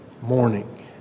morning